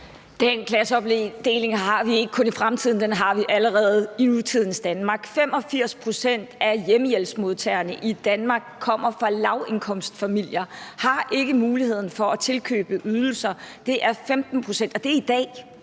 Den klasseopdeling har vi ikke kun i fremtiden. Den har vi allerede i nutidens Danmark. 85 pct. af hjemmehjælpsmodtagerne i Danmark kommer fra lavindkomstfamilier, og de har ikke muligheden for at tilkøbe ydelser. Der er 15 pct. tilbage. Og det er i dag.